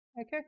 Okay